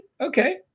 Okay